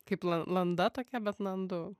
kaip landa tokia bet landu